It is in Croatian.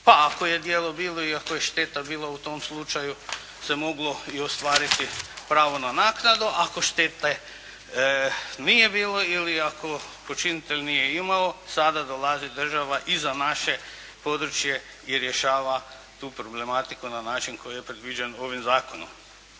pa ako je djelo bilo i ako je šteta bila u tom slučaju se moglo i ostvariti pravo na naknadu, ako štete nije bilo ili ako počinitelj nije imao, sada dolazi država i za naše područje rješava tu problematiku na način koji je predviđen ovim zakonom.